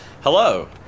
Hello